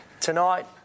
Tonight